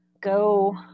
go